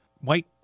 white